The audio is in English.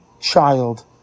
child